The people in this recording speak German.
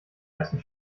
ersten